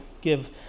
give